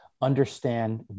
understand